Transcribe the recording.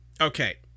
Okay